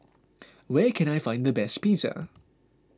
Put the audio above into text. where can I find the best Pizza